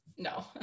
No